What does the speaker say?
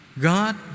God